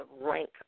rank